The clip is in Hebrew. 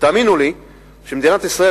ותאמינו לי שמדינת ישראל,